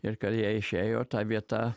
ir kai jie išėjo ta vieta